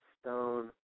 stone